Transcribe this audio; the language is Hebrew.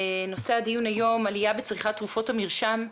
נושא הדיון היום: עליה בצריכת תרופות מרשם,